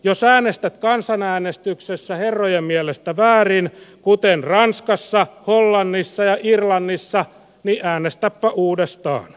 jos äänestät kansanäänestyksessä herrojen mielestä väärin kuten ranskassa hollannissa ja irlannissa niin äänestäpä uudestaan